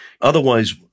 otherwise